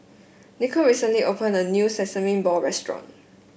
Nico recently opened a new sesame ball restaurant